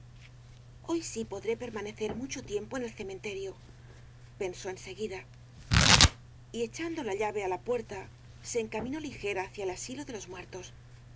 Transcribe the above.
hoy sí que podré permanecer mucho tiempo en el cementerio pensó en seguida y echando la llave á la puerta se encaminó ligera hacia el asilo de los muertos